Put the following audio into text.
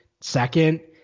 second